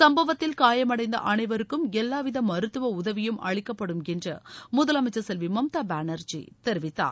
சுப்பவத்தில் காயடைந்த அனைவருக்கும் எல்லாவித மருத்துவ உதவியும் அளிக்கப்படும் என்று முதலமைச்சர் செல்வி மம்தா பேனர்ஜி தெரிவித்தார்